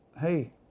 hey